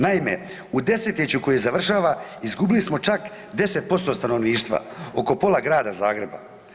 Naime, u desetljeću koje završava izgubili smo čak 10% stanovništva oko pola Grada Zagreba.